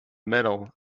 middle